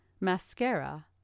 mascara